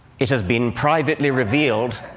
it has been privately revealed